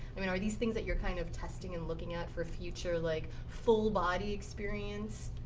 i mean, are these things that you're kind of testing and looking at for future like, full body experience?